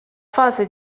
fase